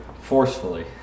Forcefully